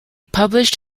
published